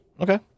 Okay